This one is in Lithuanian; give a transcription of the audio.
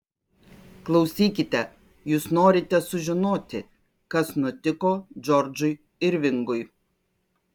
klausykite jūs norite sužinoti kas nutiko džordžui irvingui